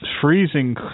freezing